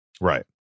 Right